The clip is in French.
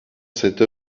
cette